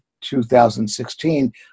2016